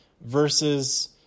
versus